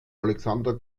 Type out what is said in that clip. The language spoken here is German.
alexander